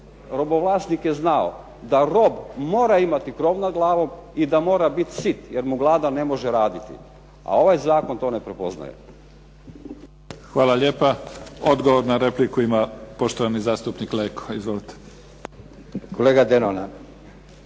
Robovlasnik je znao da rob mora imati krov nad glavom i da mora biti sit, jer mu gladan ne može raditi. A ovaj zakon to ne prepoznaje. **Mimica, Neven (SDP)** Hvala lijepa. Odgovor na repliku ima poštovani zastupnik Leko. Izvolite. **Leko,